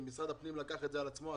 משרד הפנים לקח את זה על עצמו,